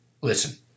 listen